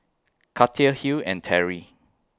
Katia Hill and Terry